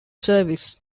service